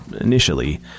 Initially